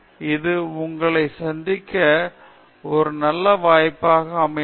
இன்று உங்களை சந்திக்க இது ஒரு நல்ல வாய்ப்பாக அமைத்தது